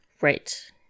right